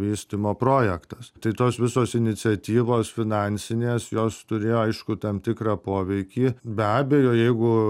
vystymo projektas tai tos visos iniciatyvos finansinės jos turėjo aišku tam tikrą poveikį be abejo jeigu